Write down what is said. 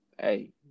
hey